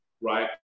right